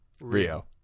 Rio